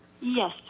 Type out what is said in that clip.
Yes